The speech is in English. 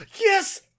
Yes